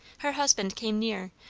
her husband came near,